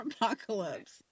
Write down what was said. apocalypse